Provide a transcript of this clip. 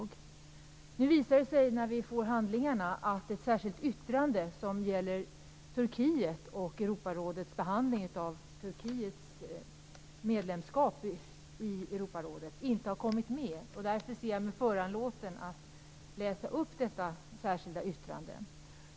Men sedan visade det sig, när vi fick handlingarna, att ett särskilt yttrande som gäller Turkiet och Europarådets behandling av Turkiets medlemskap i Europarådet inte har kommit med. Därför ser jag mig föranlåten att läsa upp detta särskilda yttrande.